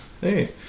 Hey